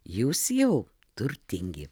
jūs jau turtingi